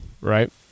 right